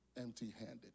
empty-handed